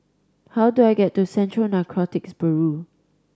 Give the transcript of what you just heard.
how do I get to Central Narcotics Bureau